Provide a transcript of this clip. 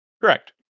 Correct